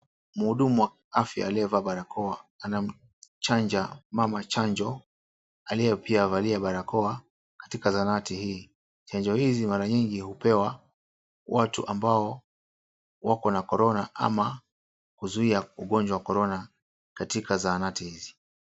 Mhudumu wa afya aliyevaa barakoa anamchanja mama chanjo aliye pia valia barakoa katika zahanati hii. Chanjo hizi mara nyingi hupewa watu ambao wako na Corona ama kuzuia ugonjwa wa Corona katika zahanati hizi.